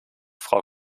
frau